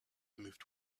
moved